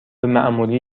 معمولی